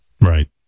right